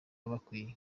bakwiye